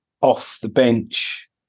off-the-bench